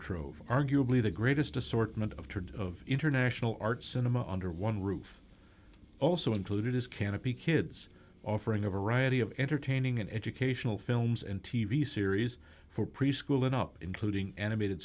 trove arguably the greatest assortment of tradin of international art cinema under one roof also included as canopy kids offering a variety of entertaining and educational films and t v series for preschool and up including animated